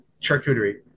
charcuterie